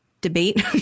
debate